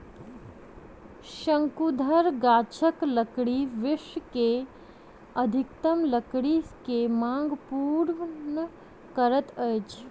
शंकुधर गाछक लकड़ी विश्व के अधिकतम लकड़ी के मांग पूर्ण करैत अछि